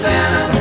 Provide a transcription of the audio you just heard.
Santa